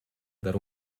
dare